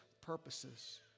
purposes